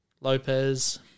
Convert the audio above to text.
Lopez